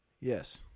Yes